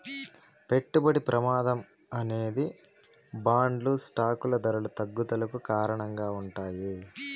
పెట్టుబడి ప్రమాదం అనేది బాండ్లు స్టాకులు ధరల తగ్గుదలకు కారణంగా ఉంటాది